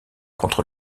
contre